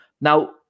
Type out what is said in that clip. Now